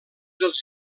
els